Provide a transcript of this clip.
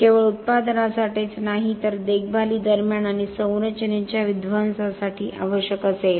हे केवळ उत्पादनासाठीच नाही तर देखभाली दरम्यान आणि संरचनेच्या विध्वंसासाठी आवश्यक असेल